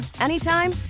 anytime